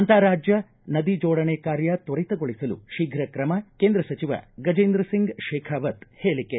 ಅಂತಾರಾಜ್ಯ ನದಿ ಜೋಡಣೆ ಕಾರ್ಯ ತ್ವರಿತಗೊಳಿಸಲು ಶೀಘ್ರ ಕ್ರಮ ಕೇಂದ್ರ ಸಚಿವ ಗಜೇಂದ್ರಸಿಂಗ್ ಶೇಖಾವತ್ ಹೇಳಿಕೆ